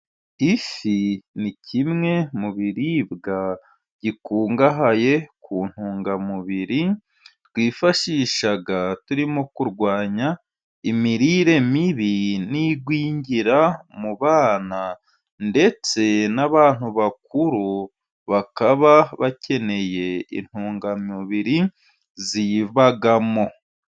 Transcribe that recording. Ifi ni kimwe mu biribwa gikungahaye ku ntungamubiri, twifashisha turimo kurwanya imirire mibi n'igwingira mu bana ,ndetse n'abantu bakuru bakaba bakeneye intungamubiri ziyivamo.